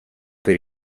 per